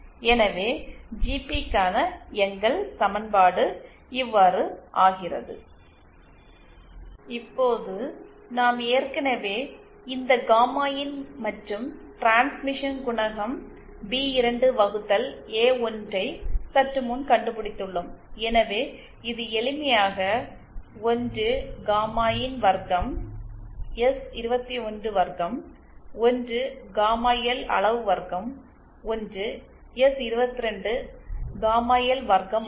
எனவே GPக்கான எங்கள் சமன்பாடு இவ்வாறு ஆகிறது இப்போது நாம் ஏற்கனவே இந்த காமா இன் மற்றும் டிரான்ஸ்மிஷன் குணகம் B2 வகுத்தல் ஏ1 ஐக் சற்று முன் கண்டுபிடித்துள்ளோம் எனவே இது எளிமையாக 1 காமா இன் வர்க்கம் எஸ்21 வர்க்கம் 1 காமா எல் அளவு வர்க்கம் 1 - எஸ்22 காமாஎல் வர்க்கம் ஆகும்